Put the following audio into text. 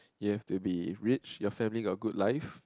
you have to be rich your family got good life